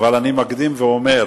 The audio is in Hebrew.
אבל אני מקדים ואומר: